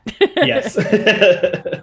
Yes